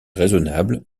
raisonnable